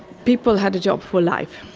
people had a job for life.